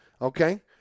okay